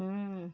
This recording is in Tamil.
ம்